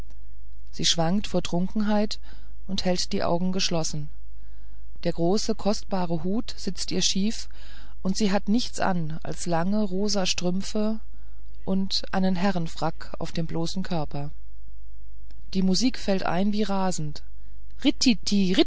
sie schwankt vor trunkenheit und hält die augen geschlossen der große kostbare hut sitzt ihr schief und sie hat nichts an als lange rosa strümpfe und einen herrenfrack auf dem bloßen körper ein zeichen die musik fällt ein wie rasend